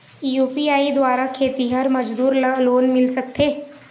UPI द्वारा खेतीहर मजदूर ला लोन मिल सकथे?